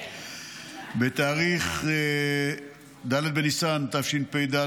בתאריך ד' בניסן תשפ"ד,